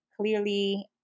clearly